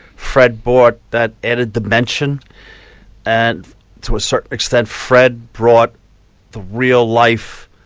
fred brought that added dimension and to a certain extent fred brought the real life,